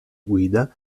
guida